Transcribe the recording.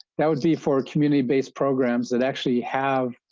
that was the for community-based programs that actually have.